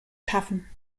schaffen